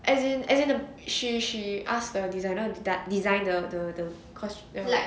as in as in the she she asked the designer design the the course gown